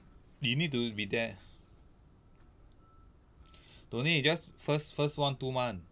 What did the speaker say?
you need to be there don't need you just first first one two month